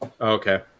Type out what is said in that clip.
okay